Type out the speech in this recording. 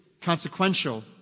consequential